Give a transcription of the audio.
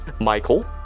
Michael